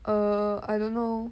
err I don't know